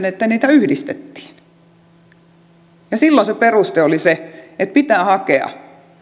että niitä yhdistettiin silloin se peruste oli se että pitää hakea